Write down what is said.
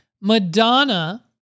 Madonna